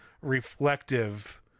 reflective